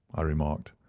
i remarked.